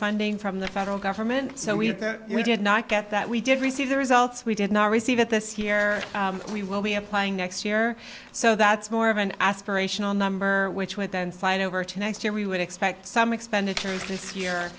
funding from the federal government so we had that we did not get that we did receive the results we did not receive it this year we will be applying next year so that's more of an aspirational number which would then slide over to next year we would expect some expenditures this year